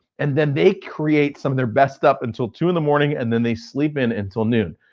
and then they create some of their best up until two in the morning and then they sleep in until noon.